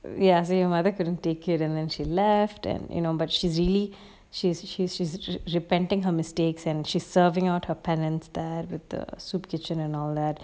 ya so you mother couldn't take it and then she left him then you know but she's really she's she's she's repenting her mistakes and she serving out her pendant that with the soup kitchen and all that